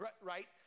right